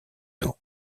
tôt